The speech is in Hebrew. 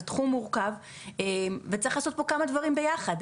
זה תחום מורכב וצריך לעשות פה כמה דברים ביחד,